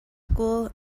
school